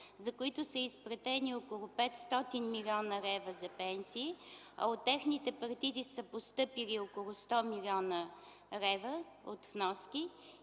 за които са изплатени около 500 млн. лв. за пенсии, а по техните партиди са постъпили около 100 млн. лв. от вноски.